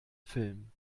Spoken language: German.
film